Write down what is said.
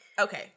Okay